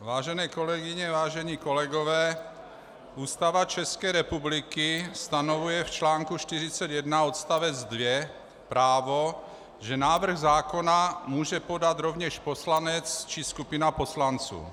Vážené kolegyně, vážení kolegové, Ústava ČR stanovuje v článku 41 odst. 2 právo, že návrh zákona může podat rovněž poslanec či skupina poslanců.